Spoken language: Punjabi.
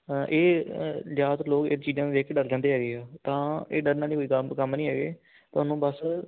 ਹਾਂ ਇਹ ਅ ਜ਼ਿਆਦਾਤਰ ਲੋਕ ਇਹ ਚੀਜ਼ਾਂ ਨੂੰ ਦੇਖ ਕੇ ਡਰ ਜਾਂਦੇ ਹੈਗੇ ਆ ਤਾਂ ਇਹ ਡਰਨ ਵਾਲੀ ਕੋਈ ਕੰ ਕੰਮ ਨਹੀਂ ਹੈਗੇ ਤੁਹਾਨੂੰ ਬਸ